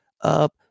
up